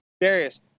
Darius